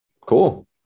cool